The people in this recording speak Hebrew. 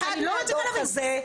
אחד מהדו"ח הזה,